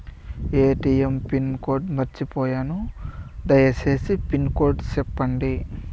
ATM pin code మర్చిపోయాను పోయాను దయసేసి పిన్ కోడ్ సెప్పండి?